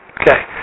Okay